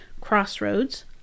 crossroads